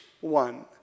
one